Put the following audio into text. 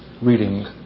reading